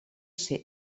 ser